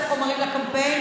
חשוב לנו לשמוע.